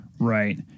right